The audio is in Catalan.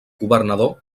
governador